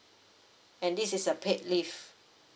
and this is a paid leave